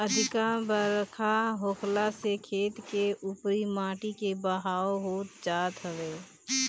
अधिका बरखा होखला से खेत के उपरी माटी के बहाव होत जात हवे